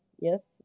Yes